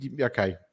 okay